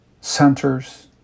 centers